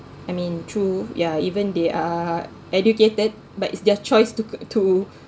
I mean true yeah even they are educated but it's their choice to co~ to